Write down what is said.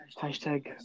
Hashtag